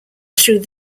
through